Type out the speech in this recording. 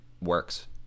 works